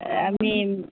আমি